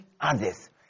others